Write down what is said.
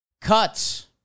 Cuts